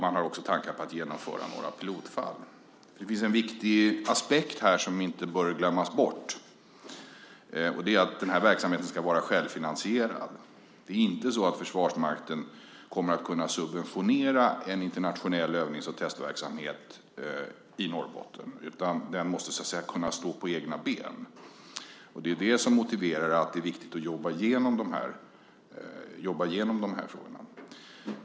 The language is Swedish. Man har också tankar på att genomföra några pilotfall. Det finns en viktig aspekt här som inte bör glömmas bort, och det är att den här verksamheten ska vara självfinansierad. Försvarsmakten kommer inte att kunna subventionera en internationell övnings och testverksamhet i Norrbotten. Den måste kunna stå på egna ben. Det motiverar att det är viktigt att jobba igenom de här frågorna.